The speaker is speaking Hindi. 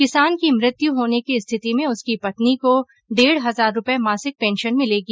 किसान की मृत्यु होने की स्थिति में उसकी पत्नी को डेढ हजार रूपए मासिक पेंशन मिलेगी